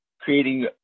creating